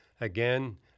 Again